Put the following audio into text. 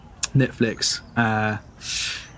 Netflix